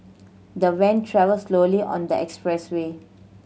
the van travelled slowly on the expressway